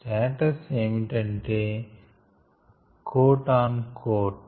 status ఏమిటంటే quote అన్ coat